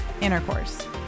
intercourse